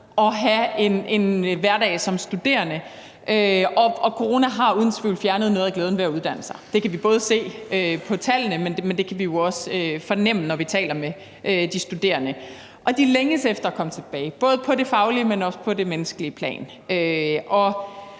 at have en hverdag som studerende, og coronaen har uden tvivl fjernet noget af glæden ved at uddanne sig. Det kan vi både se på tallene, men det kan vi jo også fornemme, når vi taler med de studerende. Og de længes efter at komme tilbage, både på det faglige, men også på det menneskelige plan,